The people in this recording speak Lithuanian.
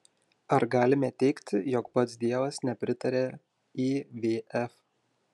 ar galime teigti jog pats dievas nepritaria ivf